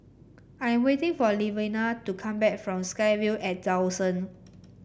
I am waiting for Levina to come back from SkyVille at Dawson